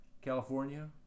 California